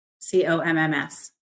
C-O-M-M-S